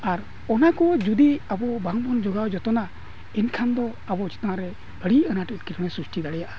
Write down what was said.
ᱟᱨ ᱚᱱᱟ ᱠᱚ ᱡᱩᱫᱤ ᱟᱵᱚ ᱵᱟᱝᱵᱚᱱ ᱡᱳᱜᱟᱣ ᱡᱚᱛᱚᱱᱟ ᱮᱱᱠᱷᱟᱱ ᱫᱚ ᱟᱵᱚ ᱪᱮᱛᱟᱱ ᱨᱮ ᱟᱹᱰᱤ ᱟᱱᱟᱴ ᱮᱴᱠᱮᱴᱚᱬᱮ ᱥᱨᱤᱥᱴᱤ ᱫᱟᱲᱮᱭᱟᱜᱼᱟ